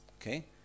Okay